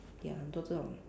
ya 很多这种